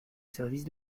service